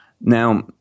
Now